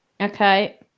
Okay